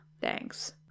thanks